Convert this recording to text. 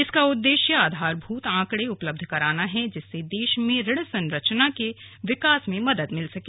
इसका उद्देश्य आधारभूत आंकड़े उपलब्ध करना है जिससे देश में ऋण संरचना के विकास में मदद मिल सके